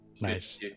Nice